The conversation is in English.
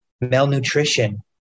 Malnutrition